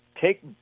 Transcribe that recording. take